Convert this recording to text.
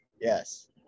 Yes